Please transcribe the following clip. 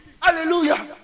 Hallelujah